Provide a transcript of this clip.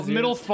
Middle